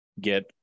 get